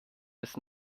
bis